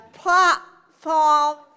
platform